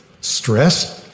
Stress